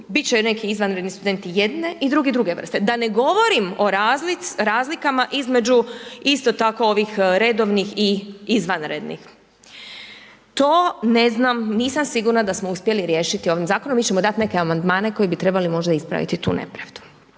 će neki izvanredni studenti jedne i drugi druge vrste. Da ne govorim o razlikama između isto tako ovih redovnih i izvanrednih. To ne znam, nisam sigurna da smo uspjeli riješiti ovih zakonom. Mi ćemo dati neke amandmane koji bi trebali možda ispraviti tu nepravdu.